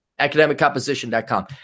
Academiccomposition.com